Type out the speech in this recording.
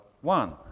one